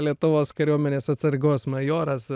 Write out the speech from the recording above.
lietuvos kariuomenės atsargos majoras